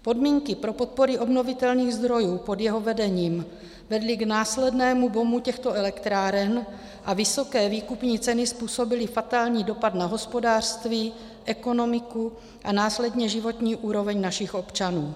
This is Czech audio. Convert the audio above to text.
Podmínky pro podpory obnovitelných zdrojů pod jeho vedením vedly k následnému boomu těchto elektráren a vysoké výkupní ceny způsobily fatální dopad na hospodářství, ekonomiku a následně životní úroveň našich občanů.